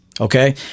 Okay